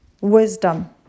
wisdom